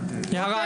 יערה,